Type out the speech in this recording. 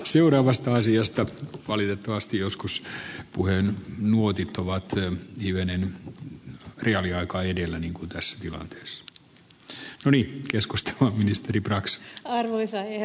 seuraavasta asiasta valitettavasti joskus puheen nuotit ovat hivenen priori aikoi edelleen kun taas hyvä s tronic keskusta ministeri arvoisa herra puhemies